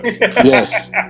Yes